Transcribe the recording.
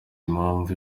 impamvu